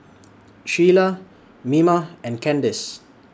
Shiela Mima and Kandice